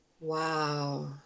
Wow